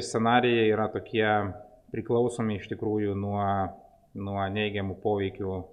scenarijai yra tokie priklausomi iš tikrųjų nuo nuo neigiamų poveikių